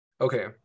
Okay